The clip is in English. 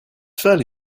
fairly